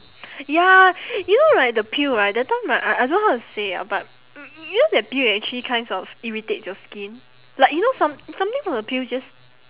ya you know right the peel right that time right I I don't know how to say ah but you know the peel will actually kinds of irritates your skin like you know some~ something from the peel just